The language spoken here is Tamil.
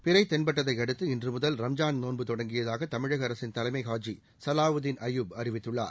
பிறை தென்பட்டதை அடுத்து இன்று முதல் ரம்ஜான் நோன்பு தொடங்கியதாக தமிழக அரசின் தலைமை காஜி சலாவுதீன் அய்யூப் அறிவித்துள்ளார்